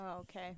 okay